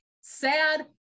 Sad